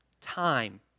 Time